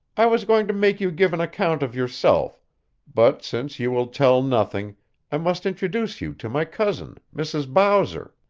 i was going to make you give an account of yourself but since you will tell nothing i must introduce you to my cousin, mrs. bowser.